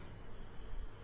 വിദ്യാർത്ഥി ആർ